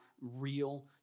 real